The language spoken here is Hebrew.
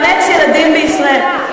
אישור לבני זוג הומואים לאמץ ילדים בישראל.